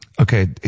Okay